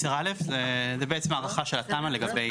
זו הארכה של התמ"א לגבי